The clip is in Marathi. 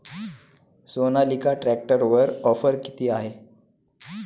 सोनालिका ट्रॅक्टरवर ऑफर किती आहे?